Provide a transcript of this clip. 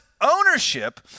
ownership